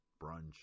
Brunch